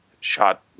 shot